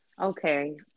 Okay